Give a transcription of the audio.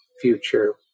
future